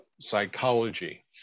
psychology